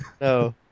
No